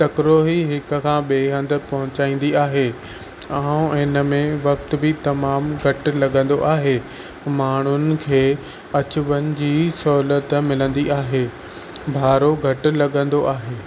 तकिड़ो ई हिकु खां ॿिए हंधु पहुचाईंदी आहे ऐं इनमें वक़्तु बि तमामु घटि लॻंदो आहे माण्हुनि खे अचु वञु ज सहूलियत मिलंदी आहे भाड़ो घटि लॻंदो आहे